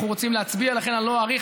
אנחנו רוצים להצביע, לכן אני לא אאריך.